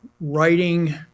writing